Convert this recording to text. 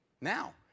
now